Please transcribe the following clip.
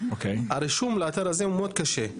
הרישום מאוד קשה.